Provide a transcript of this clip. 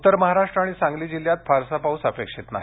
उत्तर महाराष्ट्र आणि सांगली जिल्ह्यात फारसा पाऊस अपेक्षित नाही